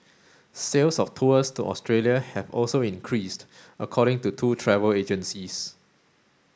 sales of tours to Australia have also increased according to two travel agencies